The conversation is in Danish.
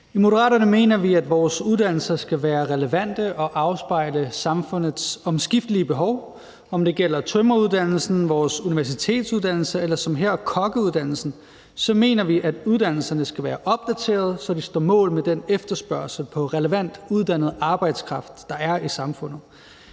I Moderaterne mener vi, at vores uddannelser skal være relevante og afspejle samfundets omskiftelige behov. Om det gælder tømreruddannelsen, vores universitetsuddannelser eller som her kokkeuddannelsen, mener vi, at uddannelserne skal være opdaterede, så de står mål med den efterspørgsel på relevant uddannet arbejdskraft, der er i samfundet.